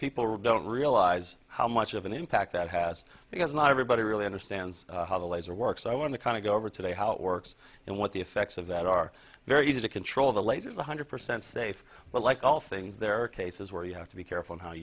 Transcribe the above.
people don't realize how much of an impact that has because not everybody really understands how the laser works i want to kind of go over today how it works and what the effects of that are very easy to control the latest one hundred percent safe but like all things there are cases where you have to be careful how